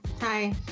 hi